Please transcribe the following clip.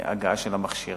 הגעה של המכשיר?